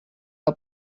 que